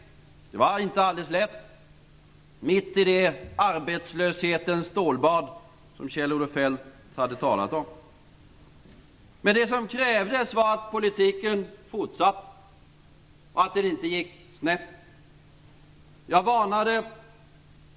Det var inte helt lätt mitt i det arbetslöshetens stålbad som Kjell-Olof Feldt hade talat om. Det krävdes att politiken fortsatte och att den inte gick snett.